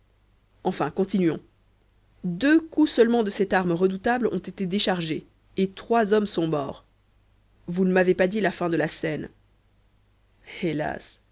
enfin continuons deux coups seulement de cette arme redoutable ont été déchargés et trois hommes sont morts vous ne m'avez pas dit la fin de la scène hélas